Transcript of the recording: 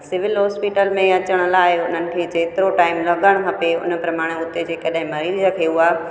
civil hospital में अचण लाइ हुननि खे जेतिरो टाइम लॻणु खपे हुन प्रमाणे हुते जे कॾहि मरीज़ खे उहा